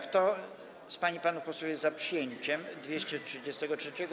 Kto z pań i panów posłów jest za przyjęciem 233.